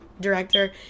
director